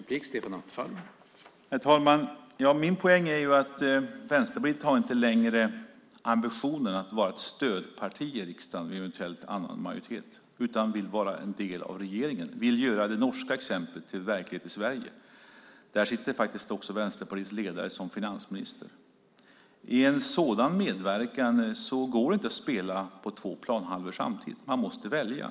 Herr talman! Min poäng är att Vänsterpartiet inte längre har ambitionen att vara ett stödparti i riksdagen vid en eventuell annan majoritet utan vill vara en del av regeringen, vill göra det norska exemplet till verklighet i Sverige. I Norge sitter faktiskt Vänsterpartiets ledare som finansminister. I en sådan medverkan går det inte att spela på två planhalvor samtidigt, utan man måste välja.